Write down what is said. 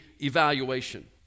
evaluation